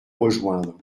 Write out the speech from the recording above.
rejoindre